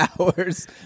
hours